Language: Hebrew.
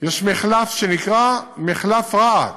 יש מחלף שנקרא מחלף רהט.